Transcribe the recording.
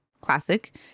classic